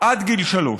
עד גיל שלוש.